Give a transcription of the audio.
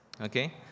okay